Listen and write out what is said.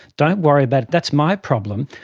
don't worry about it, that's my problem,